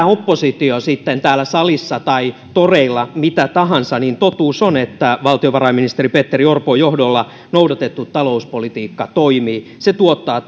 oppositio sitten täällä salissa tai toreilla mitä tahansa niin totuus on että valtiovarainministeri petteri orpon johdolla noudatettu talouspolitiikka toimii se tuottaa